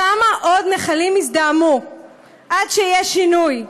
כמה עוד נחלים יזדהמו עד שיהיה שינוי?